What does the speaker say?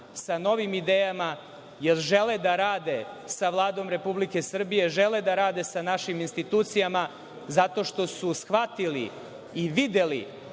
sa novim idejama, jer žele da rade sa Vladom Republike Srbije, žele da rade sa našim institucijama zato što su shvatili i videli